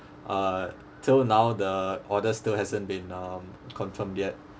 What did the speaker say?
uh till now the order still hasn't been um confirmed yet